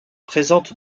présente